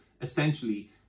essentially